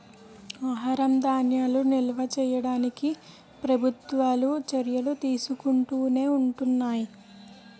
ఆహార ధాన్యాలను నిల్వ చేయడానికి ప్రభుత్వాలు చర్యలు తీసుకుంటునే ఉంటున్నాయి